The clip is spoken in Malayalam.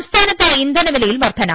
സംസ്ഥാനത്ത് ഇന്ധനവിലയിൽ വർദ്ധന